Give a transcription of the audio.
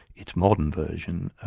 its modern version,